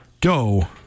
Go